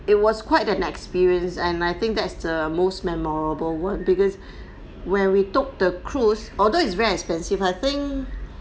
it was quite an experience and I think that's the most memorable one because when we took the cruise although it's very expensive I think